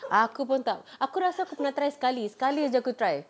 aku pun tak aku rasa aku pernah try sekali sekali jer aku try